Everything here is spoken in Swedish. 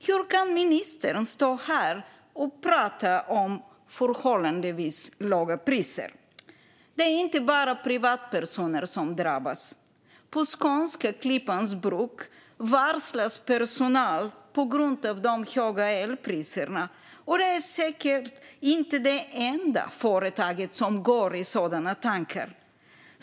Hur kan ministern stå här och prata om förhållandevis låga priser? Det är inte bara privatpersoner som drabbas. På skånska Klippans Bruk varslas personal på grund av de höga elpriserna, och det är säkert inte det enda företaget som går i sådana tankar.